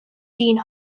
deane